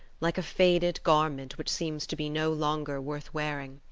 like a faded garment which seems to be no longer worth wearing.